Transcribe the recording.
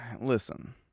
Listen